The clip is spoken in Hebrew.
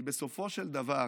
בסופו של דבר